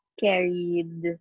carried